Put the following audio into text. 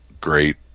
great